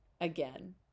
again